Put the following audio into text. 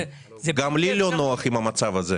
גם לי לא נוח עם המצב הזה.